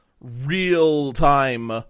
real-time